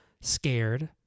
scared